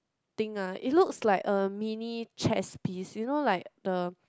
thing ah it looks like a mini chess piece you know like the